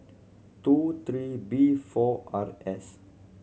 two three B four R S